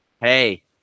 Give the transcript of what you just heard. hey